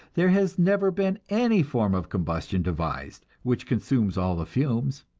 there has never been any form of combustion devised which consumes all the fumes.